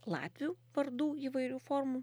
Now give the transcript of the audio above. latvių vardų įvairių formų